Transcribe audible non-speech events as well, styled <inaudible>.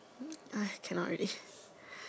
<noise> cannot ready <breath>